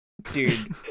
Dude